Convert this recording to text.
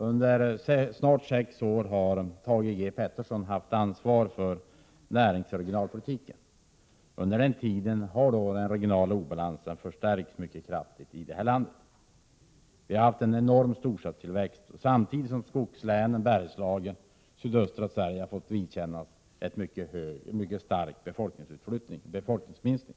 Under snart sex år har Thage G Peterson haft ansvar för näringsoch regionalpolitiken, och under den tiden har den regionala obalansen i landet förstärkts mycket kraftigt. Storstadstillväxten har varit enorm. Samtidigt har skogslänen, Bergslagen och sydöstra Sverige fått vidkännas en stor befolkningsminskning.